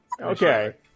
okay